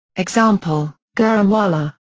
example gujranwala.